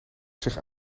zich